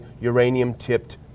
uranium-tipped